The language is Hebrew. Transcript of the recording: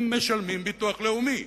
הם משלמים ביטוח לאומי,